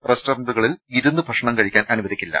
റസ്റ്റോറന്റുക ളിൽ ഇരുന്ന് ഭക്ഷണം കഴിക്കാൻ അനുവദിക്കില്ല